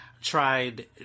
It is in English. tried